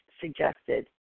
suggested